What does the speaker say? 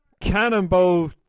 Cannonball